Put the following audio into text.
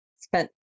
spent